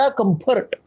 comfort